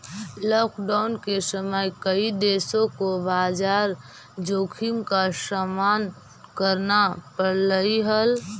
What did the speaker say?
lockdown के समय कई देशों को बाजार जोखिम का सामना करना पड़लई हल